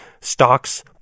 stocks